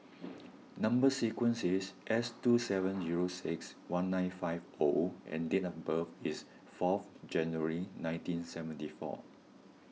Number Sequence is S two seven zero six one nine five O and date of birth is fourth January nineteen seventy four